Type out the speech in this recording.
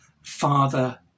Father